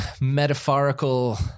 metaphorical